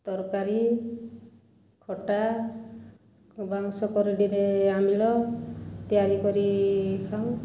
ତରକାରୀ ଖଟା ବାଉଁଶ କରଡ଼ିରେ ଆମ୍ବିଳ ତିଆରି କରି ଖାଉ